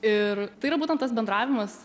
ir tai yra būtent tas bendravimas